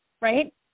Right